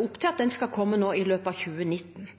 opp til at den skal komme i løpet av 2019.